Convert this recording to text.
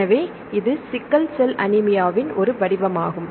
எனவே இது sickle cell அனீமியாவின் ஒரு வடிவமாகும்